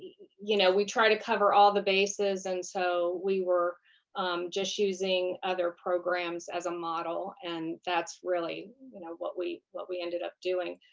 you know we try to cover all the bases and so we were just using other programs as a model and that's really you know what we what we ended up doing.